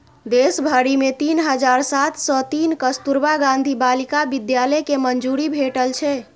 देश भरि मे तीन हजार सात सय तीन कस्तुरबा गांधी बालिका विद्यालय कें मंजूरी भेटल छै